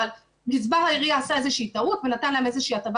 אבל גזבר העירייה עשה איזה שהיא טעות ונתן להם איזה שהיא הטבה